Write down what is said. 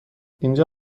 اینجا